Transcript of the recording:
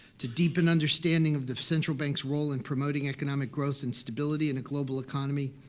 to deepen understanding of the central bank's role in promoting economic growth and stability in a global economy,